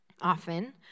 Often